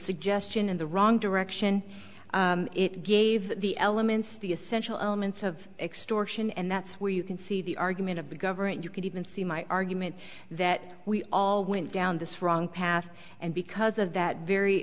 suggestion in the wrong direction it gave the elements the essential elements of extortion and that's where you can see the argument of the government you could even see my argument that we all went down this wrong path and because of that very